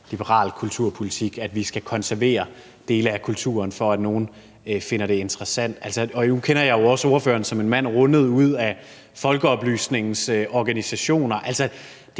liberal kulturpolitik, at vi skal konservere dele af kulturen, for at nogle finder det interessant. Nu kender jeg jo også ordføreren som en mand rundet af folkeoplysningens organisationer.